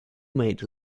made